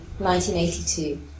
1982